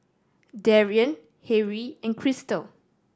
Darrien Harrie and Cristal